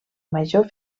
major